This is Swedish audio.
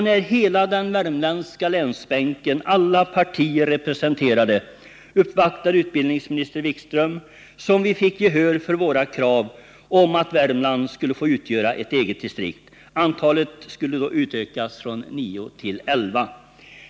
När hela den värmländska länsbänken — med alla partier representerade — uppvaktade utbildningsminister Wikström fick vi gehör för våra krav på att Värmland skulle få utgöra ett eget distrikt. I samband med en sådan åtgärd skulle antalet distrikt utökas från nio till elva.